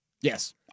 Yes